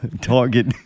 target